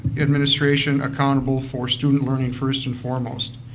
administration accountable for student learning first and foremost.